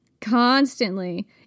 Constantly